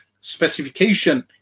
specification